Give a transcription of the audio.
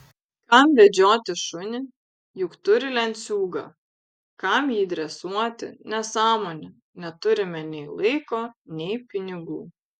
kam vedžioti šunį juk turi lenciūgą kam jį dresuoti nesąmonė neturime nei laiko nei pinigų